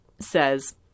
says